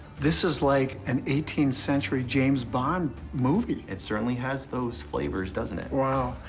this is like an eighteenth century james bond movie. it certainly has those flavors, doesn't it? wow.